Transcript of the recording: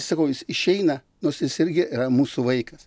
sakau jis išeina nors jis irgi yra mūsų vaikas